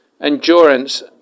endurance